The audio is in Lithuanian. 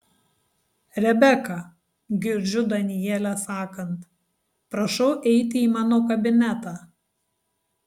rebeka girdžiu danielę sakant prašau eiti į mano kabinetą